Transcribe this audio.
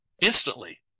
instantly